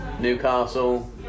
Newcastle